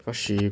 cause she